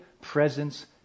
presence